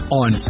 on